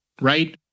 Right